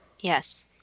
Yes